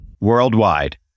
Worldwide